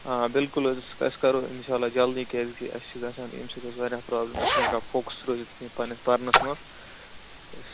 آ بِلکُل حَظ أسۍ کرو اِنشااللہ جلدی کیٛازِ کہِ اسہِ چھِ گژھان امہِ سۭتۍ حَظ واریاہ پرابلِم أسۍ چھِ نہٕ ہیکان فوکس روٗزِتھ کینٛہہ پنٕنِس پرنس منٛز